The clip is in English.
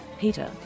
Peter